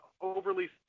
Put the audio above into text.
overly